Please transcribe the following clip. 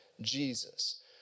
Jesus